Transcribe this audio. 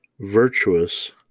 virtuous